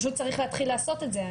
פשוט צריך להתחיל לעשות את זה.